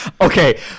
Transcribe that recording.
Okay